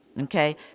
okay